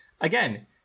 again